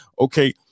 Okay